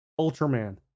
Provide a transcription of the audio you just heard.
Ultraman